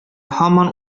һаман